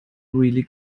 really